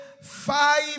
five